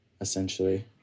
essentially